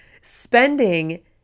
spending